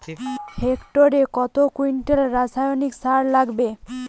হেক্টরে কত কুইন্টাল রাসায়নিক সার লাগবে?